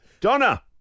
Donna